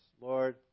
Lord